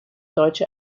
deutsche